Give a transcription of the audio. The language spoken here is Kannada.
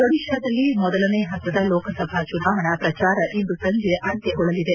ಒಡಿಕಾದಲ್ಲಿ ಮೊದಲನೇ ಪಂತದ ಲೋಕಸಭಾ ಚುನಾವಣಾ ಪ್ರಚಾರ ಇಂದು ಸಂಜೆ ಅಂತ್ಯಗೊಳ್ಳಲಿದೆ